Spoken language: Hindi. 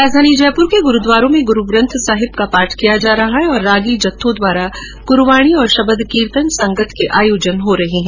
राजधानी जयपुर के गुरूद्वारों में गुरूग्रंथ साहिब का पाठ किया जा रहा है और रागी जत्थों द्वारा गुरूवाणी और शब्द कीर्तन संगत के आयोजन हो रहे है